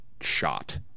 shot